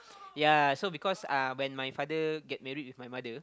yea so because uh when my father get married with my mother